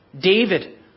David